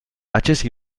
accese